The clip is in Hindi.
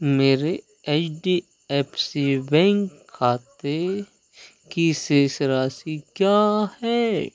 मेरे H D F C bank खाते की शेष राशि क्या है